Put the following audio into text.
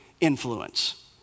influence